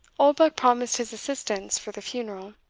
oldbuck promised his assistance for the funeral.